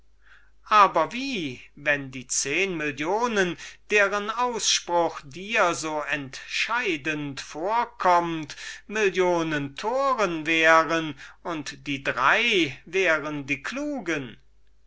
aber wie wenn die zehen millionen deren ausspruch dir so entscheidend vorkommt zehn millionen toren wären und die drei wären klug